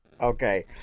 Okay